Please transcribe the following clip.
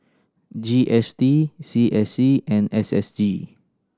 G S T C S C and S S G